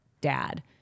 dad